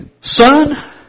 Son